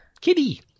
Kitty